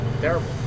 terrible